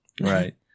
right